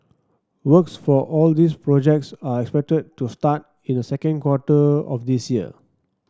works for all these projects are expected to start in the second quarter of this year